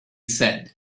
said